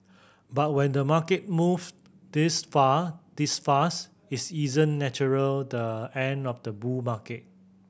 but when the market moves this far this fast is isn't natural the end of the bull market